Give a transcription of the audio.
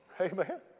Amen